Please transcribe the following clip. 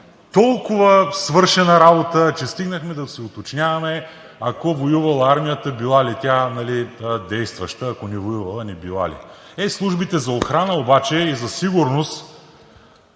толкова свършена работа, че стигнахме да се уточняваме, ако воювала армията, била ли тя действаща, ако не воювала – не била ли. Е, службите за охрана обаче и за сигурност